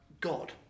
God